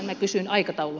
minä kysyn aikataulua